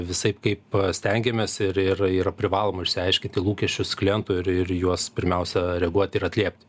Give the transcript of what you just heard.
visaip kaip stengiamės ir ir yra privaloma išsiaiškinti lūkesčius klientų ir irį juos pirmiausia reaguoti ir atliepti